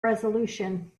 resolution